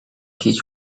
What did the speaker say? case